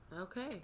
Okay